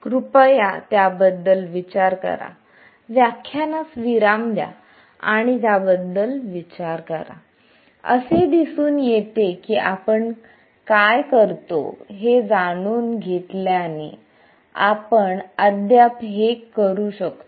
कृपया त्याबद्दल विचार करा व्याख्यानास विराम द्या आणि त्याबद्दल विचार करा असे दिसून येते की आपण काय करतो हे जाणून घेतल्याने आपण अद्याप हे करू शकतो